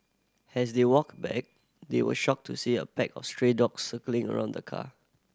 as they walked back they were shocked to see a pack of stray dogs circling around the car